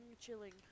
chilling